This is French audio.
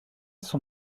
son